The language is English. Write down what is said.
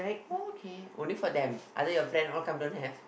okay only for them other your friend all come don't have